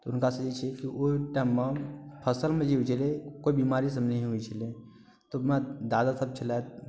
तऽ हुनकासभके जे छै ओहि टाइममे फसलमे जे रहै कोइ बिमारी सभ नहि होइत छलै तऽ हमर दादासभ छलथि